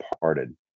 parted